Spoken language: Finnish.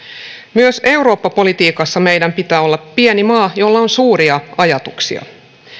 myös eurooppa politiikassa meidän pitää olla pieni maa jolla on suuria ajatuksia